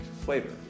flavor